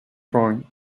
point